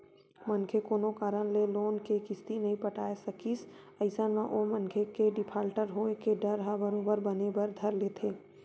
मनखे कोनो कारन ले लोन के किस्ती नइ पटाय सकिस अइसन म ओ मनखे के डिफाल्टर होय के डर ह बरोबर बने बर धर लेथे